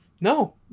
No